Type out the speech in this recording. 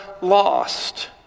lost